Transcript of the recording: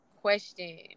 question